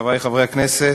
חברי חברי הכנסת,